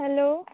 hello